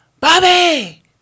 Bobby